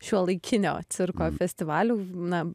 šiuolaikinio cirko festivalių na